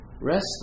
Rest